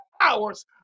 hours